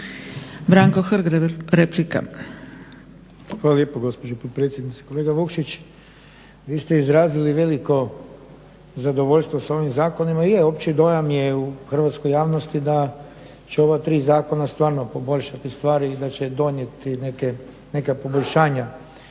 Branko (HSS)** Hvala lijepo gospođo potpredsjednice. Kolega Vukšić, vi ste izrazili veliko zadovoljstvo s ovim zakonima. Je, opći dojam je u hrvatskoj javnosti da će ova tri zakona stvarno poboljšati stvari i da će donijeti neka poboljšanja